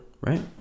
Right